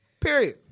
period